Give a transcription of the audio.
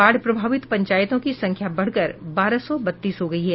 बाढ़ प्रभावित पंचायतों की संख्या बढ़कर बारह सौ बत्तीस हो गयी है